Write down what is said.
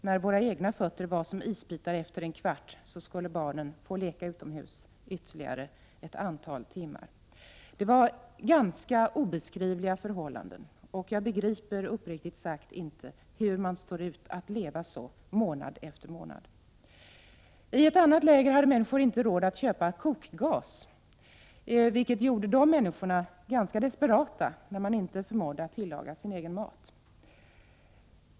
När våra egna fötter var som isbitar efter en kvart, skulle barnen vara tvungna att leka utomhus ett antal timmar. Det rådde alltså obeskrivliga förhållanden, och jag begriper uppriktigt sagt inte hur människorna står ut att leva på det sättet månad efter månad. I ett annat läger hade människorna inte råd att köpa kokgas, vilket gjorde dem ganska desperata, eftersom de inte förmådde tillaga sin egen mat.